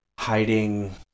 hiding